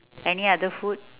any other food